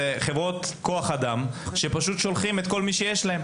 אלה חברות כוח אדם שפשוט שולחות את כל מי שיש להן.